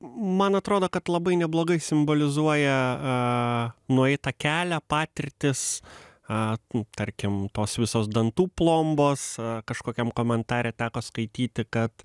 man atrodo kad labai neblogai simbolizuoja a nueitą kelią patirtis a tarkim tos visos dantų plombos kažkokiam komentare teko skaityti kad